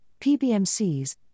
PBMCs